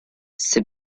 ces